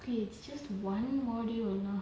!hey! it's just one module நா:naa